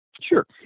Sure